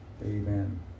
Amen